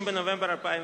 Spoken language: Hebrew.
30 בנובמבר 2009,